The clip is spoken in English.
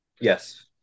yes